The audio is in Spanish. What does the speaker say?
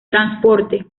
transporte